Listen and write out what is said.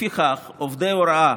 לפיכך, עובדי הוראה,